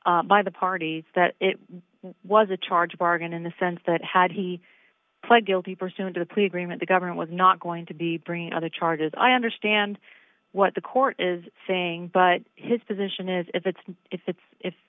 by the parties that it was a charge a bargain in the sense that had he pled guilty pursuant to the plea agreement the governor was not going to be bringing other charges i understand what the court is saying but his position is if it's if it's if